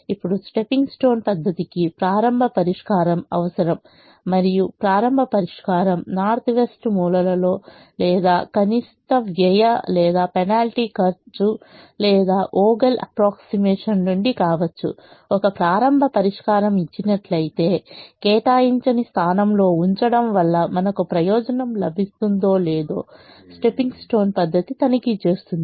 ఇప్పుడు stepping stone పద్ధతికి ప్రారంభ పరిష్కారం అవసరం మరియు ప్రారంభ పరిష్కారం నార్త్ వెస్ట్ మూలలో లేదా కనిష్ట వ్యయం లేదా పెనాల్టీ ఖర్చు లేదా వోగెల్ అప్ప్రోక్సిమేషన్ నుండి కావచ్చుఒక ప్రారంభ పరిష్కారం ఇచ్చినట్లయితే కేటాయించని స్థానం లో ఉంచడం వల్ల మనకు ప్రయోజనం లభిస్తుందో లేదో స్టెప్పింగ్ స్టోన్ పద్ధతి తనిఖీ చేస్తుంది